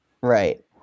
Right